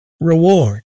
reward